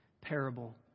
parable